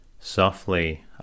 softly